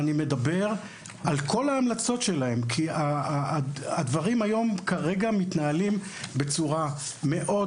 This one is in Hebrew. אני מדבר על כל ההמלצות שלהם כי הדברים כרגע מתנהלים בצורה מאוד